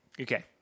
Okay